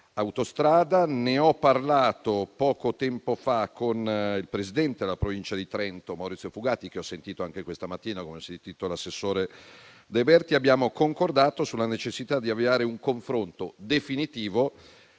ne ho parlato poco tempo fa con il presidente della Provincia di Trento, Maurizio Fugatti, che ho sentito anche questa mattina, come ho sentito l'assessore De Berti; abbiamo concordato sulla necessità di avviare un confronto definitivo